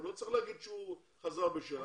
הוא לא צריך להגיד שהוא חזר בשאלה.